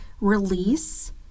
release